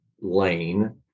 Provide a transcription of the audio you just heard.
lane